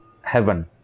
heaven